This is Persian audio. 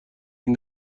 این